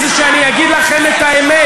מה שקרה לי זה שאגיד לכם את האמת.